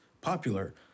popular